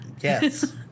Yes